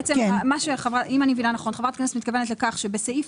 אם אני מבינה נכון חברת הכנסת מתכוונת לכך שבסעיף